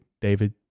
David